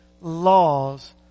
laws